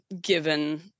given